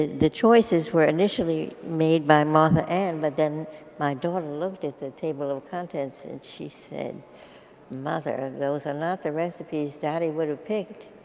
the choices were innitially made by martha ann but then my daughter looked at the table of contents and she said mother those are not the recipes daddy would have picked.